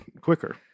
quicker